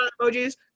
emojis